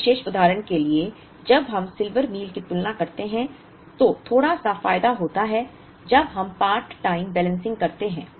इस विशेष उदाहरण के लिए जब हम सिल्वर मील की तुलना करते हैं तो थोड़ा सा फायदा होता है जब हम पार्ट टाइम बैलेंसिंग करते हैं